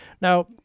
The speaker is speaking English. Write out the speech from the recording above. Now